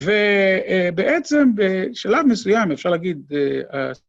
ובעצם בשלב מסוים אפשר להגיד...